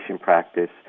practice